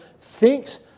thinks